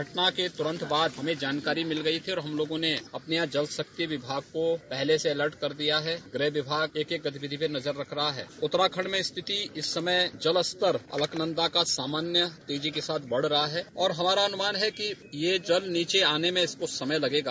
घटना के तुरंत बाद हमें जानकारी मिल गई फिर हम लोगों ने अपने यहां जलशक्ति विभाग को पहले से अलर्ट कर दिया है गृह विभाग एक एक गतिविधि पर नजर रख रहा है उत्तराखंड में रिथति इस समय जलस्तर अलकनंदा का सामान्य तेजी के साथ बढ़ रहा है और हमारा अनुमान है कि ये जल नीचे आने में इसको समय लगेगा